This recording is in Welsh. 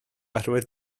oherwydd